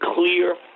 clear